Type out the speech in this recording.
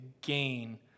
gain